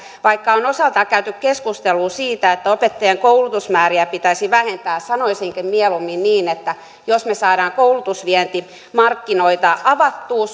vaikka on osaltaan käyty keskustelua siitä että opettajien koulutusmääriä pitäisi vähentää sanoisin mieluumminkin niin että jos me saamme koulutusvientimarkkinoita avattua